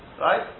Right